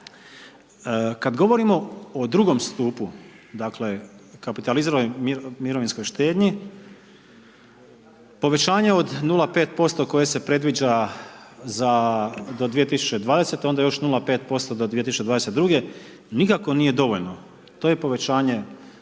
Kad govorimo o II. stupu dakle o kapitaliziranoj mirovinskoj štednji povećanje od 0.5% koje se predviđa za do 2020. onda još 0.5% do 2022. nikako nije dovoljno. To je povećanje